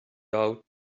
out